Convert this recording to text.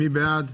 מי בעד?